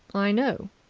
i know.